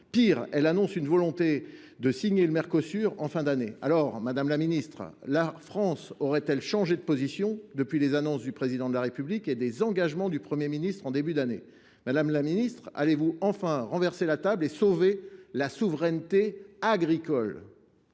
signer un accord d’association avec le Mercosur en fin d’année. Madame la ministre, la France aurait elle changé de position depuis les annonces du Président de la République et les engagements du Premier ministre en début d’année ? Allez vous enfin renverser la table et sauver la souveraineté agricole ?